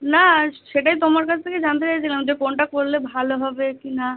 না সেটাই তোমার কাছ থেকে জানতে চাইছিলাম যে কোনটা করলে ভালো হবে কি না